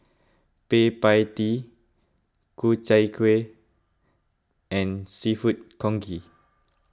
Kueh Pie Tee Ku Chai Kuih and Seafood Congee